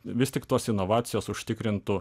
vis tik tos inovacijos užtikrintų